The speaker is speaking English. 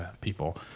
people